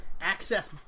access